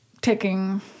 taking